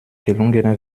gelungener